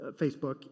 Facebook